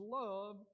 love